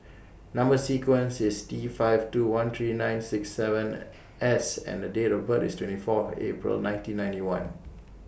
Number sequence IS T five two one three nine six seven S and Date of birth IS twenty four April nineteen ninety one